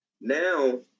Now